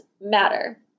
matter